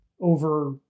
over